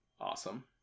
awesome